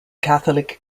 catholic